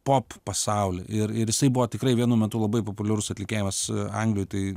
pop pasaulį ir ir jisai buvo tikrai vienu metu labai populiarus atlikėjas anglijoj tai